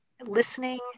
listening